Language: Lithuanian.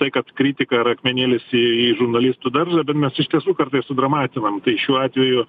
tai kad kritika ar akmenėlis į į žurnalistų daržą bet mes iš tiesų kartais sudramatinam tai šiuo atveju